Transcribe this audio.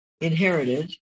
inherited